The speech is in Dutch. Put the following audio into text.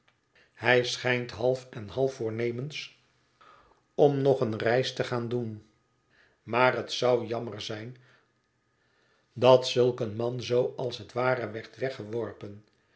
hij schijnt half en half voornemens om nog eene reis te gaan doen maar het zou jammer zijn dat zulk een man zoo als het ware werd